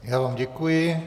Já vám děkuji.